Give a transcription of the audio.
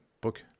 book